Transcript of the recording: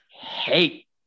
hate